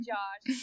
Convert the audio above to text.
Josh